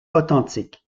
authentiques